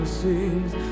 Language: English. sings